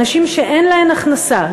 נשים שאין להן הכנסה,